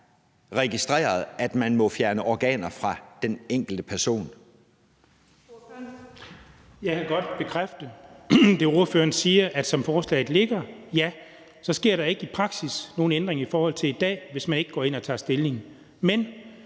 Ordføreren. Kl. 16:27 Jens Henrik Thulesen Dahl (DD): Jeg kan godt bekræfte det, ordføreren siger. Som forslaget ligger, sker der ikke i praksis nogen ændring i forhold til i dag, hvis man ikke går ind og tager stilling. Men